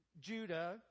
Judah